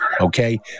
Okay